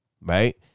right